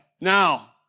Now